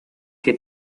que